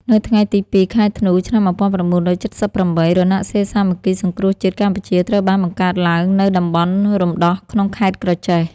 នៅថ្ងៃទី ២ ខែធ្នូ ឆ្នាំ ១៩៧៨ រណសិរ្សសាមគ្គីសង្គ្រោះជាតិកម្ពុជាត្រូវបានបង្កើតឡើងនៅតំបន់រំដោះក្នុងខេត្តក្រចេះ។